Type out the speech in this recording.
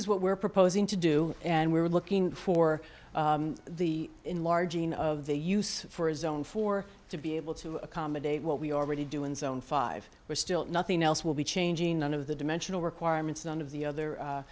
is what we're proposing to do and we're looking for the enlarging of the use for a zone for to be able to accommodate what we already do in zone five we're still nothing else will be changing one of the dimensional requirements none of the other